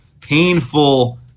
painful